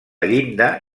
llinda